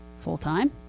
full-time